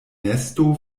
nesto